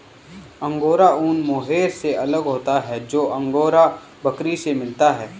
angora ऊन mohair से अलग होता है जो अंगोरा बकरी से मिलता है